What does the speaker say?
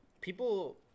people